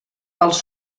els